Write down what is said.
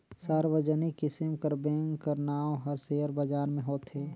सार्वजनिक किसिम कर बेंक कर नांव हर सेयर बजार में होथे